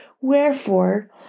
Wherefore